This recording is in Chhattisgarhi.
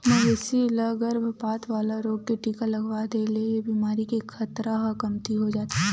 मवेशी ल गरभपात वाला रोग के टीका लगवा दे ले ए बेमारी के खतरा ह कमती हो जाथे